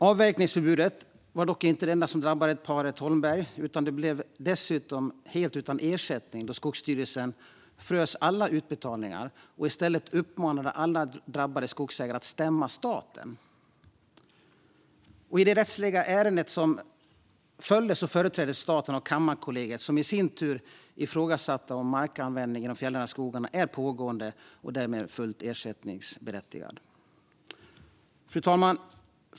Avverkningsförbudet var dock inte det enda som drabbade paret Holmberg, utan de blev dessutom helt utan ersättning då Skogsstyrelsen frös alla utbetalningar och i stället uppmanade alla drabbade skogsägare att stämma staten. I det rättsliga ärendet som följde företräddes staten av Kammarkollegiet, som i sin tur ifrågasatte om markanvändning i de fjällnära skogarna är pågående och därmed fullt ersättningsberättigad. Fru talman!